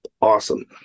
awesome